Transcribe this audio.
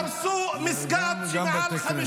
גם בתי כנסת.